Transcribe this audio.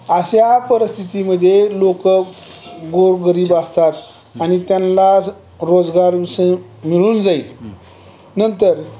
अशा परिस्थितीमध्ये लोकं गोरगरीब असतात आणि त्यांना रोजगार विषय मिळून जाईल नंतर